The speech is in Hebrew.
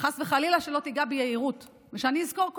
וחס וחלילה שלא תיגע בי יהירות,